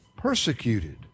persecuted